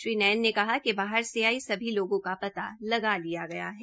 श्री नैने कहा कि बाहर से आये सभी लोगों को पता लगा लिया गया है